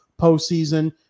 postseason